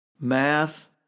math